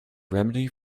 remedy